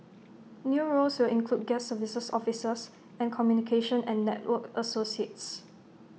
new roles will include guest services officers and communication and network associates